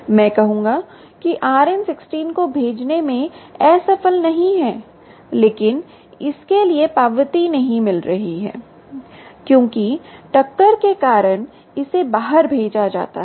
मैं कहूंगा कि RN16 को भेजने में असफल नहीं है लेकिन इसके लिए पावती नहीं मिल रही है क्योंकि टक्कर के कारण इसे बाहर भेजा जाता है